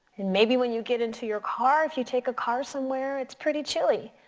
and maybe when you get into your car if you take a car somewhere, it's pretty chilly.